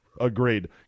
Agreed